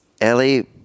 Ellie